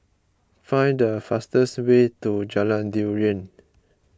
find the fastest way to Jalan Durian